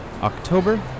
October